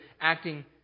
acting